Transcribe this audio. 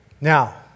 Now